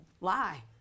lie